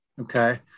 okay